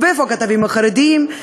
ואיפה הכתבים החרדים?